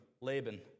Laban